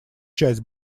часть